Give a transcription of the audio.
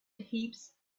heaps